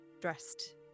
dressed